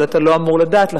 אבל אתה לא אמור לדעת,